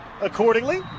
accordingly